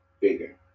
bigger